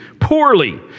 poorly